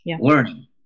learning